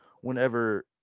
whenever